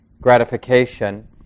gratification